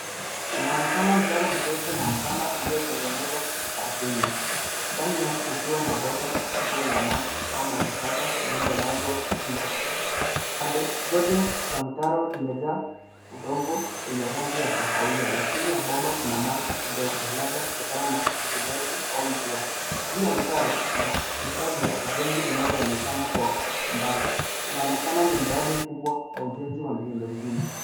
Unaonekana mtaro mrefu na mpana uliotengenezwa ardhini ndani yake kukiwa na bomba kubwa la maji au maji taka lililolazwa chini. Pande zote za mtaro zimejaa udongo wenye rangi ya kahawia na chini ya bomba kuna maji kidogo labda kutokana na uvujaji au mvua. Nje ya mtaro kuna vifaa vya ujenzi vinavyoonekana kwa umbali, inaonekana ni mradi kubwa wa ujenzi wa miundo mbinu.